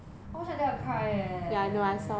I watch until I cry eh